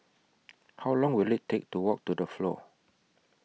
How Long Will IT Take to Walk to The Flow